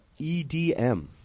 EDM